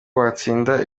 watsindira